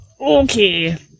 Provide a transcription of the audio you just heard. Okay